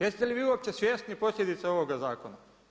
Jeste li vi uopće svjesni posljedice ovoga zakona?